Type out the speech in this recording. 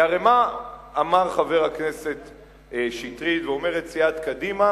כי מה אמר חבר הכנסת שטרית ואומרת סיעת קדימה?